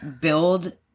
build